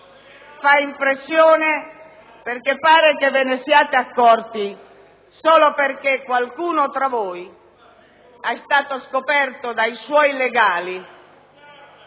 fa impressione perché pare che ve ne siate accorti solo perché qualcuno tra voi è stato scoperto dai suoi legali...